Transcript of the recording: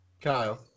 Kyle